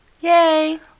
Yay